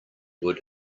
would